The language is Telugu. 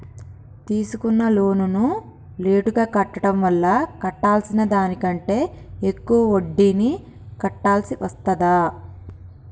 తీసుకున్న లోనును లేటుగా కట్టడం వల్ల కట్టాల్సిన దానికంటే ఎక్కువ వడ్డీని కట్టాల్సి వస్తదా?